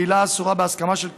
בעילה אסורה בהסכמה של קטינה,